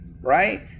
right